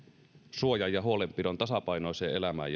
suojan ja huolenpidon tasapainoiseen elämään